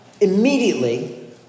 immediately